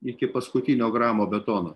iki paskutinio gramo betono